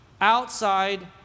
outside